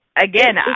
again